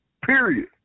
Period